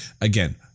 again